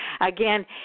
again